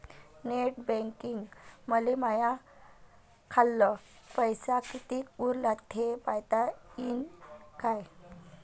Net बँकिंगनं मले माह्या खाल्ल पैसा कितीक उरला थे पायता यीन काय?